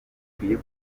ikwiye